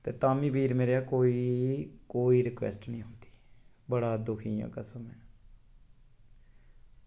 ते तां बी बीर मेरे कोई कोई इन्नी रिक्वेस्ट निं होंदी बड़ा दुखी ऐं कसमें